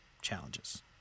challenges